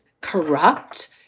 corrupt